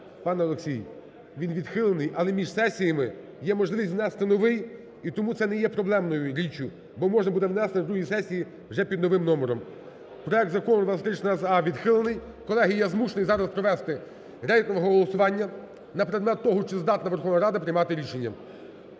Пан Олексій, він відхилений, але між сесіями є можливість внести новий і тому це не є проблемною річчю, бо можна буде внести на другій сесії вже під новим номером. Проект Закону 2316а відхилений. Колеги, я змушений зараз провести рейтингове голосування на предмет того, чи здатна Верховна Рада приймати рішення.